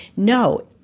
no.